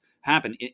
happen